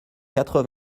quatre